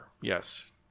Yes